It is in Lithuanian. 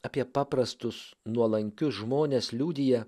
apie paprastus nuolankius žmones liudija